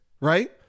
right